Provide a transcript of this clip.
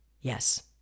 Yes